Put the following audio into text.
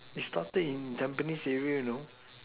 it started in Tampines area you know